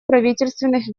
правительственных